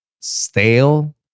stale